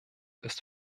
ist